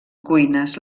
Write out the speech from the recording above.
cuines